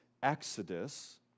Exodus